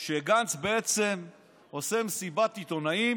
שגנץ עושה מסיבת עיתונאים